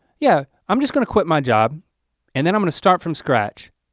yeah, i'm just gonna quit my job and then i'm gonna start from scratch.